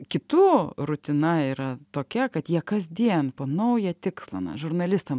kitų rutina yra tokia kad jie kasdien po naują tikslą na žurnalistam